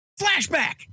flashback